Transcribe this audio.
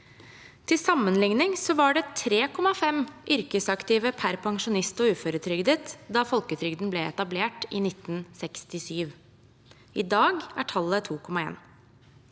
Til sammenligning var det 3,5 yrkesaktive per pensjonist og uføretrygdet da folketrygden ble etablert i 1967. I dag er tallet 2,1.